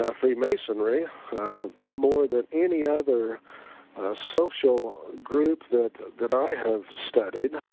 ah free masonry more than any other social group that that i have studied,